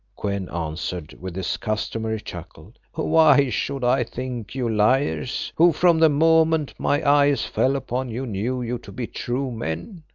kou-en answered with his customary chuckle, why should i think you liars who, from the moment my eyes fell upon you, knew you to be true men?